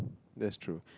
that's true